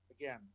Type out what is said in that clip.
again